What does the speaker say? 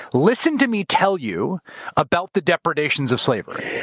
listen to me tell you about the depredations of slavery.